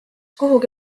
kuhugi